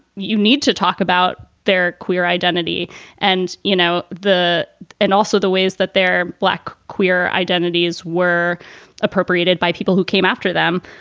you need to talk about their queer identity and, you know, the and also the ways that they're black queer identities were appropriated by people who came after them.